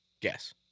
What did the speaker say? Guess